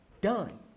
done